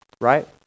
right